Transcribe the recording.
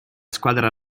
squadra